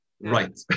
right